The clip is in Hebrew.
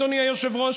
אדוני היושב-ראש,